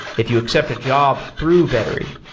if you accept a job through vettery.